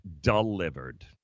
delivered